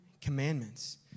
commandments